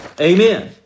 Amen